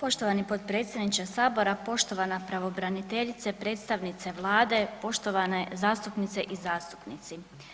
Poštovani potpredsjedniče sabora, poštovana pravobraniteljice, predstavnice vlade, poštovane zastupnice i zastupnici.